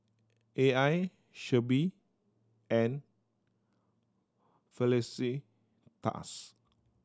A I Shelby and Felicitas